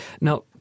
Now